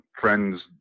friends